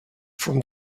from